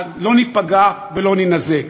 לא ניפגע ולא נינזק.